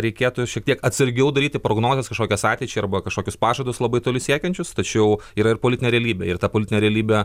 reikėtų šiek tiek atsargiau daryti prognozes kažkokias ateičiai arba kažkokius pažadus labai toli siekiančius tačiau yra ir politinė realybė ir tą politinė realybė